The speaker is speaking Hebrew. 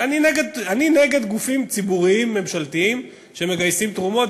אני נגד גופים ציבוריים ממשלתיים שמגייסים תרומות,